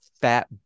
fat